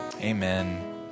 amen